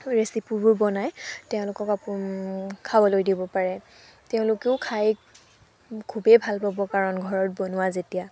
ৰেচিপিবোৰ বনাই তেওঁলোকক খাবলৈ দিব পাৰে তেওঁলোকেও খাই খুবেই ভাল পাব কাৰণ ঘৰত বনোৱা যেতিয়া